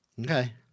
Okay